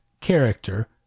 character